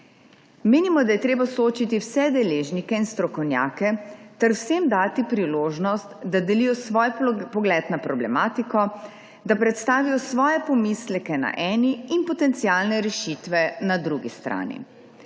Menimo, da je treba soočiti vse deležnike in strokovnjake in vsem dati priložnost, da delijo svoj pogled na problematiko, da predstavijo svoje pomisleke na eni in potencialne rešitve na drugi strani.